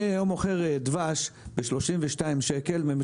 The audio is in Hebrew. אני היום מוכר דבש ב-32 שקלים,